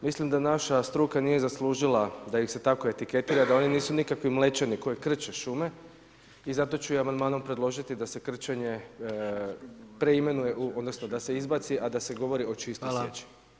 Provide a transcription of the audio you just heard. Mislim da naša struka nije zaslužila da ih se tako etiketira, da oni nisu nikakvi Mlečani koji krče šume i zato ću i amandmanom predložiti da se krčenje preimenuje, odnosno da se izbaci, a da se govori o čistoj sječi.